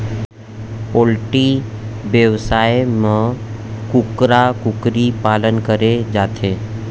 poultry बेवसाय म कुकरा कुकरी पालन करे जाथे